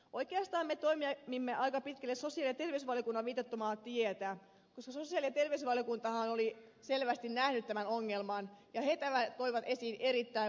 oikeastaan me toimimme aika pitkälle sosiaali ja terveysvaliokunnan viitoittamaa tietä koska sosiaali ja terveysvaliokuntahan oli selvästi nähnyt tämän ongelman ja he tämän toivat esiin erittäin voimakkaasti